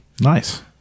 Nice